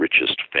richest